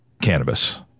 cannabis